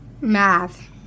Math